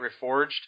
Reforged